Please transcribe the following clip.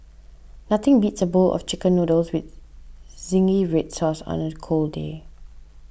nothing beats a bowl of Chicken Noodles with Zingy Red Sauce on a cold day